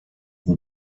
who